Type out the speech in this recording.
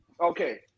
Okay